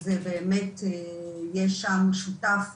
שזה באמת יהיה שם שותף פעיל,